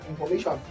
information